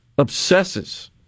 obsesses